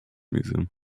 museum